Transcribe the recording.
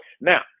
Now